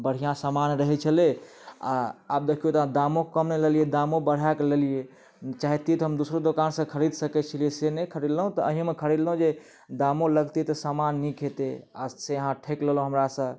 बढ़िऑं सामान रहै छेलै आ आब देखियौ तऽ दामो कम नहि लेलियै दामो बढ़ाके लेलियै चाहतियै तऽ हम दोसरो दोकान से खरीद सकै छेलियै से नहि खरिदलहुॅं तऽ अहीँमे खरिदलहुॅं जे दामो लगते तऽ सामान नीक हेतै आ से अहाँ ठकि लेलहुॅं हमरा से